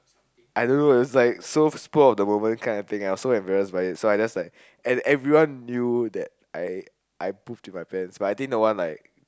I don't know it was like so spur of the moment kind of thing I was so embarrassed by it so I just like and everyone knew that I I pooped in my pants but I didn't want like